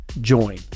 join